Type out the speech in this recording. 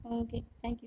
okay thank you